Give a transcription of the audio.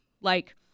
like-